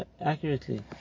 accurately